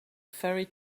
ferry